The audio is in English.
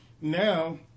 Now